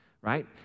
right